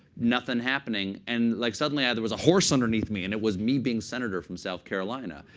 nothing happening. and like suddenly, yeah there was a horse underneath me. and it was me being senator from south carolina.